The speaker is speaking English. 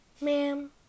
Ma'am